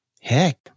heck